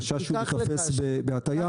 החשש הוא להיתפס בהטעיה.